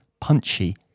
punchy